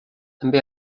també